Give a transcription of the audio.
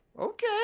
okay